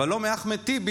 אבל לא מאחמד טיבי,